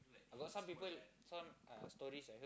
got some people some uh stories I heard